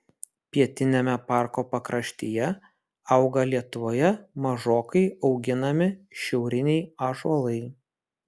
pietiniame parko pakraštyje auga lietuvoje mažokai auginami šiauriniai ąžuolai